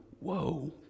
whoa